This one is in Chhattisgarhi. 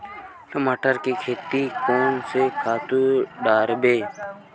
टमाटर के खेती कोन से खातु डारबो?